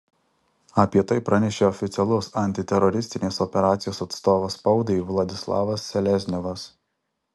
apie tai pranešė oficialus antiteroristinės operacijos atstovas spaudai vladislavas selezniovas